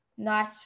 Nice